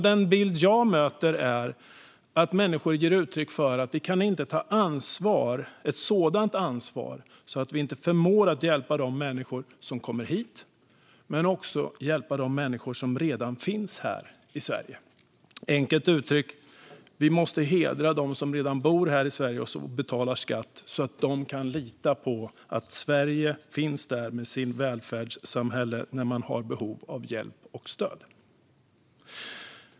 Den bild jag möter är att människor ger uttryck för att vi inte kan ta ett sådant ansvar att vi inte förmår att hjälpa både de människor som kommer hit och de människor som redan finns här i Sverige. Enkelt uttryckt: Vi måste hedra dem som redan bor här i Sverige och betalar skatt, så att de kan lita på att Sverige finns där med sitt välfärdssamhälle när de har behov av hjälp och stöd.